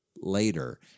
later